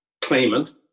claimant